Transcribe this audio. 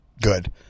good